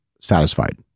satisfied